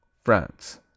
France